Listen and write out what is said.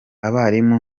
abarimu